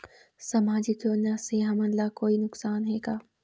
सामाजिक योजना से हमन ला कोई नुकसान हे का?